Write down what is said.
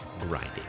grinding